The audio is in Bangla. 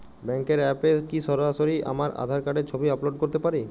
ব্যাংকের অ্যাপ এ কি সরাসরি আমার আঁধার কার্ডের ছবি আপলোড করতে পারি?